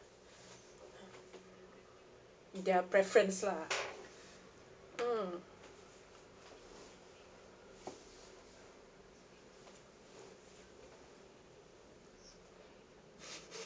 their preference lah mm